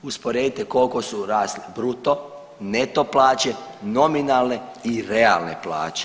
Usporedite koliko su rasle bruto, neto plaće, nominalne i realne plaće.